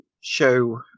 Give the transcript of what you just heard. show